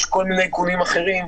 יש כל מיני איכונים אחרים,